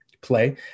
play